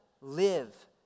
live